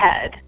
head